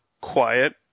quiet